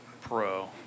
pro